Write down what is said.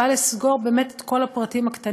הוא בא לסגור, באמת, את כל הפרטים הקטנים,